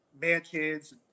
mansions